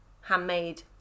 handmade